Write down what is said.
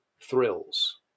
thrills